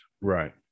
right